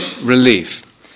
relief